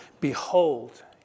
behold